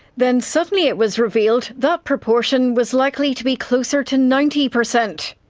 then suddenly it was revealed that proportion was likely to be closer to ninety percent.